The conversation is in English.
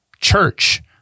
church